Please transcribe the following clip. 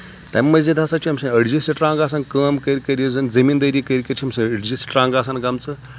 تَمہِ مٔزیٖد ہَسا چھِ أمۍ سٕنٛدۍ أڈجہِ سٕٹرٛانٛگ آسان کٲم کٔرۍ یُس زَن زٔمیٖندٲری کٔرۍ کٔرۍ چھِ أمۍ سۭتۍ أڑجہِ سٹرانٛگ آسان گٔمژٕ